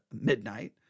midnight